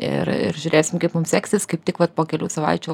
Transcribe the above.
ir ir žiūrėsim kaip mums seksis kaip tik vat po kelių savaičių